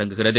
தொடங்குகிறது